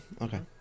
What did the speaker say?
Okay